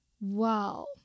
Wow